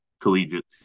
collegiate